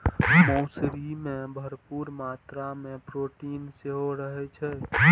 मौसरी मे भरपूर मात्रा मे प्रोटीन सेहो रहै छै